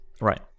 Right